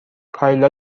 کایلا